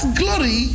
glory